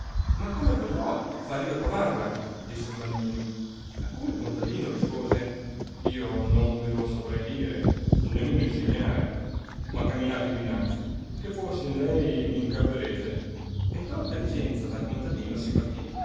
ma come potrò far io a trovarla disse flamminio a cui il contadino rispose io non ve lo saprei dire né meno insegnare ma camminate più innanzi che forse in lei vi incapperete e tolta licenza dal contadino si partì